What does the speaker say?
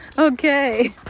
Okay